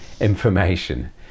information